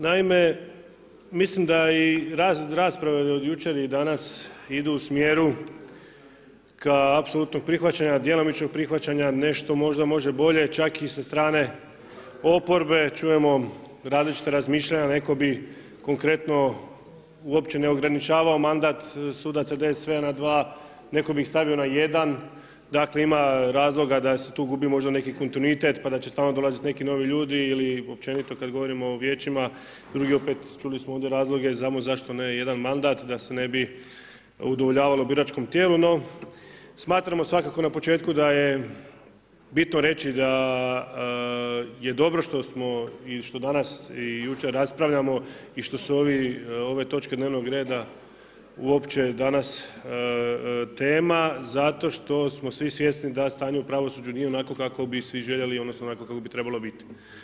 Naime, mislim da i rasprave od jučer i danas idu smjeru kao apsolutnog prihvaćanja, djelomičnog prihvaćanja, nešto možda može bolje, čak i sa strane oporbe čujemo različita razmišljanja, rekao bih konkretno, uopće ne ograničavamo mandat sudaca DSV-a na dva, netko bi ih stavio na jedan, dakle, ima razloga da se tu gubi možda neki kontinuitet, pa da će stalno dolaziti neki novi ljudi ili općenito kad govorimo o vijećima, drugi opet, čuli smo ovdje razloge, znamo zašto ne jedan mandat, da se ne bi udovoljavalo biračkom tijelu, no smatramo svakako na početku da je bitno reći da je dobro što smo i što danas i jučer raspravljamo i što su ove točke dnevnog reda uopće danas tema, zato što smo svi svjesni da stanje u pravosuđu nije onakvo kakvo bi svi željeli, odnosno onakvo kakvo bi trebalo biti.